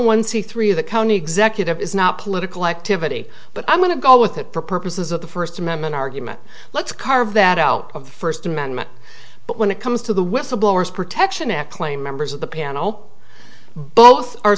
one c three the county executive is not political activity but i'm going to go with it for purposes of the first amendment argument let's carve that out of the first amendment but when it comes to the whistleblower protection act claim members of the panel both